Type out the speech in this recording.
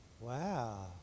wow